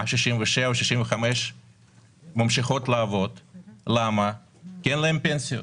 67 או 65 ממשיכות לעבוד כי אין להן פנסיות.